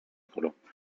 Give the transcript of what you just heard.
colombia